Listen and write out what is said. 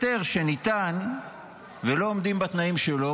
היתר שניתן ולא עומדים בתנאים שלו,